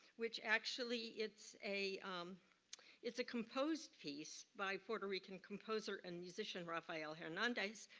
which actually it's a um it's a composed piece by puerto rican composer and musician rafael hernandez,